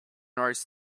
rows